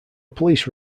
police